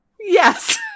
Yes